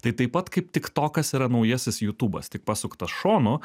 tai taip pat kaip tiktokas yra naujasis jutūbas tik pasuktas šonu